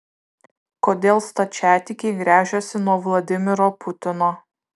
kodėl stačiatikiai gręžiasi nuo vladimiro putino